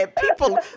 people